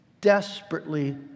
desperately